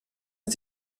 ist